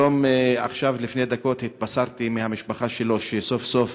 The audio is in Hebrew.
עכשיו לפני דקות התבשרתי מהמשפחה שלו שסוף-סוף